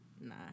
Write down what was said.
nah